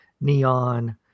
neon